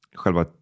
själva